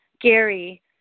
Gary